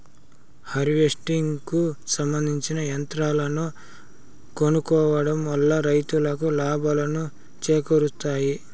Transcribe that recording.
harvesting కు సంబందించిన యంత్రాలను కొనుక్కోవడం వల్ల రైతులకు లాభాలను చేకూరుస్తాయి